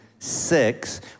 Six